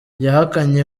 yahakanye